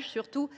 surtout